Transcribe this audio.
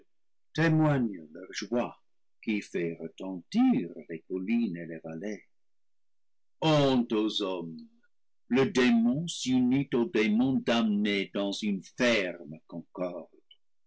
témoignent leur joie qui fait retentir les collines et les vallées honte aux hommes le démon s'unit au démon damné dans une ferme concorde